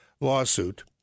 lawsuit